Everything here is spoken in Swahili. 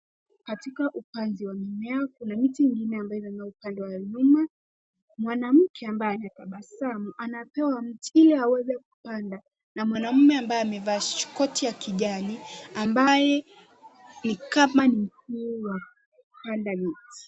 Katika ubanizi wa mimea kuna miti ingine imemea upande ya nyuma mwanamke ambaye anatabasamu anapea mje ili aweze kupanda na mwanaume ambaye koti ya kijani ambaye ni kama mkuu wa kupanda miti.